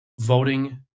Voting